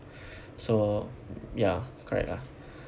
so ya correct lah